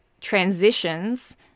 transitions